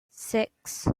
six